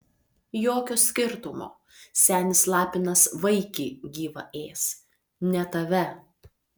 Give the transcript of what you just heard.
jokio skirtumo senis lapinas vaikį gyvą ės ne tave